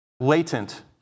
Latent